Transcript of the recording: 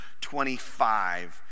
25